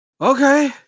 okay